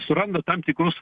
suranda tam tikrus